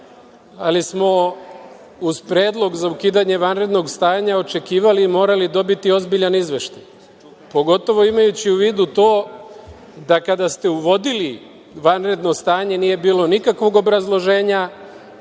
ali smo uz Predlog za ukidanje vanrednog stanja očekivali i morali dobiti ozbiljan izveštaj, pogotovo imajući u vidu to da kada ste uvodili vanredno stanje nije bilo nikakvog obrazloženja,